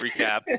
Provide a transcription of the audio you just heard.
recap